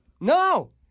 No